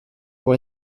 pour